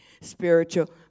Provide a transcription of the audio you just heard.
spiritual